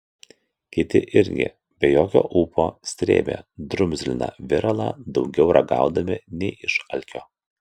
kiti irgi be jokio ūpo srėbė drumzliną viralą daugiau ragaudami nei iš alkio